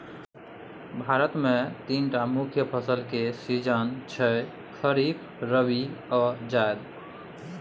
भारत मे तीनटा मुख्य फसल केर सीजन छै खरीफ, रबी आ जाएद